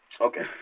Okay